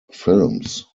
films